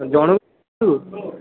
ଜଣଙ୍କୁ